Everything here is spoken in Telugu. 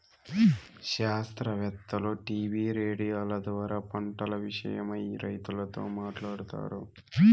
శాస్త్రవేత్తలు టీవీ రేడియోల ద్వారా పంటల విషయమై రైతులతో మాట్లాడుతారు